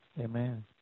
Amen